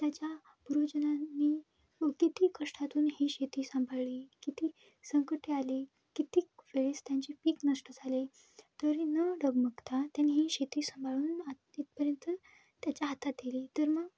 त्याच्या पूर्वजांनी किती कष्टातून ही शेती सांभाळली किती संकटे आले कित्येक वेळेस त्यांचे पिक नष्ट झाले तरी न डगमगता त्यांनी ही शेती सांभाळून तिथपर्यंत त्याच्या हातात येईली तर मग